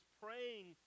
praying